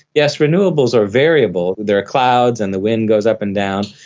yes, renewables are variable, there are clouds and the wind goes up and down,